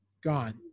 Gone